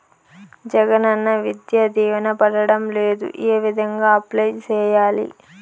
జగనన్న విద్యా దీవెన పడడం లేదు ఏ విధంగా అప్లై సేయాలి